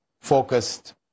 focused